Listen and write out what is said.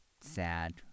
sad